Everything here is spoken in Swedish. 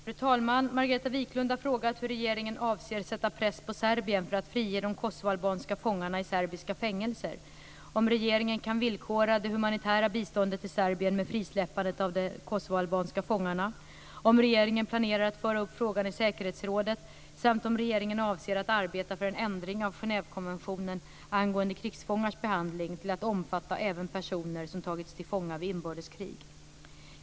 Fru talman! Margareta Viklund har frågat hur regeringen avser att sätta press på Serbien för att frige de kosovoalbanska fångarna i serbiska fängelser, om regeringen kan villkora det humanitära biståndet till Serbien med frisläppande av de kosovoalbanska fångarna, om regeringen planerar att föra upp frågan i säkerhetsrådet samt om regeringen avser att arbeta för en ändring av Genèvekonventionen angående krigsfångars behandling till att omfatta även personer som tagits till fånga vid inbördeskrig.